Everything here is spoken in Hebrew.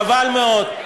חבל מאוד.